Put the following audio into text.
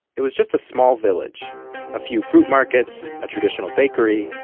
it was just a small village a few fruit markets, a traditional bakery.